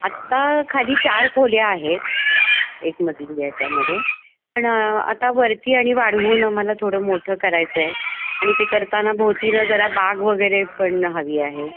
आत्ता खाली चार खोल्या आहेत एकमधील याच्यामध्ये पण आता वरती आणि वाढवून आम्हाला थोडं मोठं करायचं आहे आणि ते करताना भोवतीनं जरा बाग वगैरे पण हवी आहे